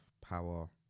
Power